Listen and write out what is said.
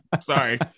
Sorry